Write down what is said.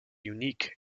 unique